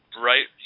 right